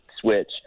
switch